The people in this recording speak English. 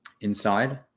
inside